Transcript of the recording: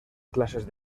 clases